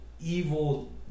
evil